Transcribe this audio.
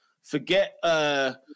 Forget